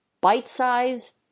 bite-sized